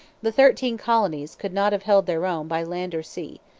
the thirteen colonies could not have held their own by land or sea,